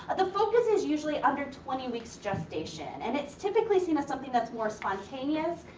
the focus is usually under twenty weeks gestation, and it's typically seen as something that's more spontaneous,